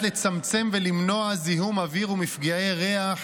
לצמצם ולמנוע זיהום אוויר ומפגעי ריח